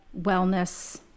wellness